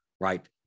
right